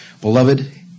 Beloved